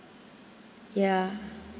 ya